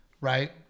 right